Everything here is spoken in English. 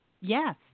Yes